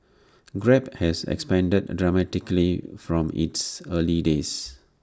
grab has expanded dramatically from its early days